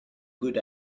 good